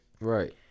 right